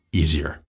easier